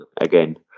Again